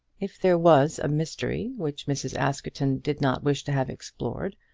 if there was a mystery which mrs. askerton did not wish to have explored,